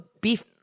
Beef